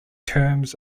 terms